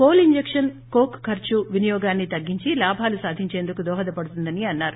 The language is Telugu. కోల్ ఇంజకన్ కోక్ ఖర్చు వినియోగాన్ని తగ్గించి లాభాలు సాధించేందుకు దోహదపడుతుందని అన్నారు